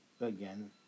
again